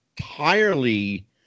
entirely